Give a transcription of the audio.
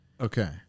Okay